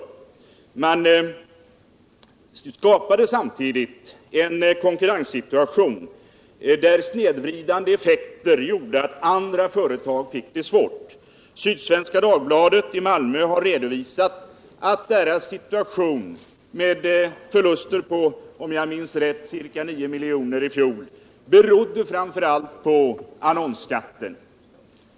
Samtidigt skapades en konkurrenssituation, där snedvridande effekter gjorde att andra företag fick det svårt. Sydsvenska Dagbladet i Malmö har redovisat att dess förluster i fjol på, om jag minns rätt, 9 miljoner framför allt berodde på annonsskatten.